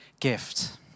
gift